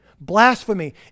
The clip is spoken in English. Blasphemy